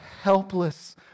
helpless